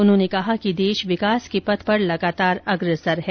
उन्होंने कहा कि देश विकास के पथ पर लगातार अग्रसर है